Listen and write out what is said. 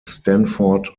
stanford